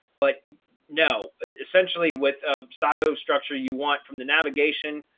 but no, essentially, with a silo structure you want from the navigation,